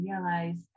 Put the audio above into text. realize